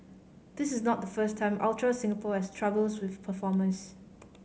this is not the first time Ultra Singapore has troubles with performers